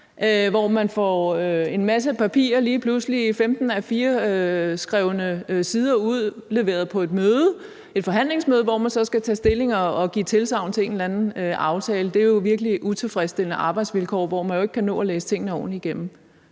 pludselig får en masse papirer, 15 A4-sider, udleveret på et forhandlingsmøde, hvor man så skal tage stilling og give tilsagn til en eller anden aftale. Det er jo virkelig utilfredsstillende arbejdsvilkår, hvor man ikke kan nå at læse tingene ordentligt igennem.